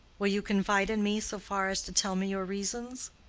will you confide in me so far as to tell me your reasons?